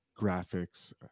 graphics